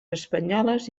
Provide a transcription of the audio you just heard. espanyoles